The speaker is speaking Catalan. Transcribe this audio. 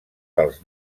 pels